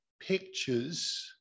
pictures